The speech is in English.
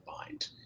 mind